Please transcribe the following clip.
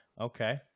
okay